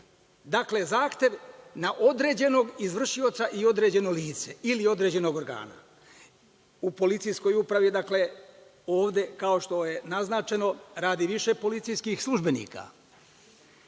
signira zahtev na određenog izvršioca i određeno lice ili određeni organ. U policijskoj upravi, dakle, kao što je ovde naznačeno, radi više policijskih službenika.